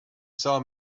saw